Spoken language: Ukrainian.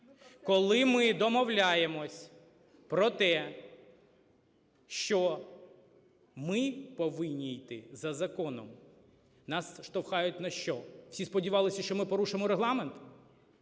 Коли ми домовляємось про те, що ми повинні йти за законом, нас штовхають на що – всі сподівалися, що ми порушимо Регламент,